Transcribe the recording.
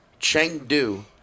Chengdu